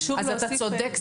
אתה צודק,